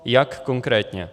Jak konkrétně?